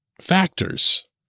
factors